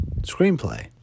screenplay